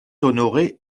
honoré